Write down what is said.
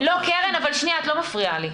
לא, קרן, את לא מפריעה לי.